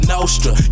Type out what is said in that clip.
Nostra